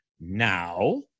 Now